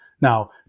Now